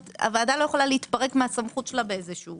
הוועדה לא יכולה להתפרק מהסמכות שלה באיזה שהוא אופן.